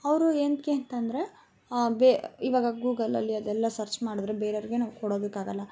ಅವರು ಏನಕ್ಕೆ ಅಂತಂದರೆ ಬೆ ಇವಾಗ ಗೂಗಲಲ್ಲಿ ಅದೆಲ್ಲ ಸರ್ಚ್ ಮಾಡಿದ್ರೆ ಬೇರೆವ್ರಿಗೆ ನಾವು ಕೊಡೋದಕ್ಕಾಗಲ್ಲ